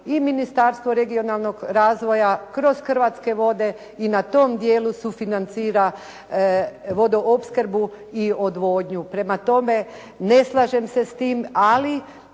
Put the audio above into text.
i Ministarstvo regionalnog razvoja kroz Hrvatske vode i na tom dijelu sufinancira vodoopskrbu i odvodnju. Prema tome, ne slažem se s time ali